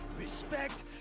respect